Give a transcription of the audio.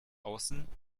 außen